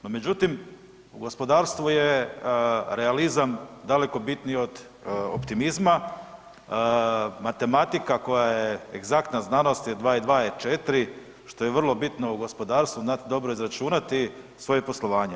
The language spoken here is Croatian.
No, međutim u gospodarstvu je realizam daleko bitniji od optimizma, matematika koja je egzaktna znanost jer 2 i 2 je 4 što je vrlo bitno u gospodarstvu da znate dobro izračunati svoje poslovanje.